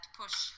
push